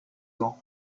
grand